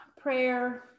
prayer